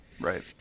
Right